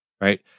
Right